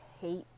hate